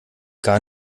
gar